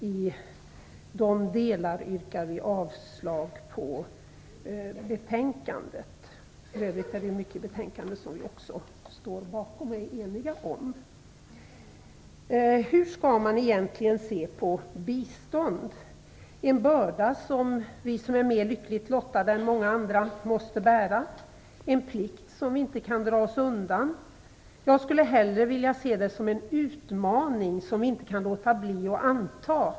I de delarna yrkar vi avslag på hemställan i betänkandet. För övrigt är det mycket i betänkandet som vi också står bakom och är eniga om. Hur skall man egentligen se på bistånd? Är det en börda som vi som är mer lyckligt lottade än många andra måste bära? Är det en plikt som vi inte kan dra oss undan? Jag skulle hellre vilja se det som en utmaning som vi inte kan låta bli att anta.